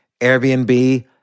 Airbnb